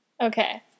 Okay